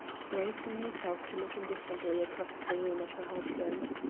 bracing herself to look indifferently across the room at her husband.